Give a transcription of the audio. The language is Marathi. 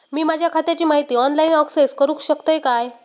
मी माझ्या खात्याची माहिती ऑनलाईन अक्सेस करूक शकतय काय?